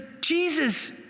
Jesus